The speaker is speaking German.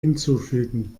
hinzufügen